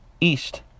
east